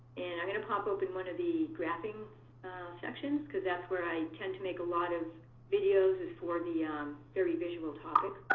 and i'm going to pop open one of the graphing sections because that's where i tend to make a lot of videos, is for the um very visual topics.